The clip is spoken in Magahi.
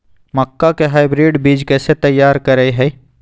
मक्का के हाइब्रिड बीज कैसे तैयार करय हैय?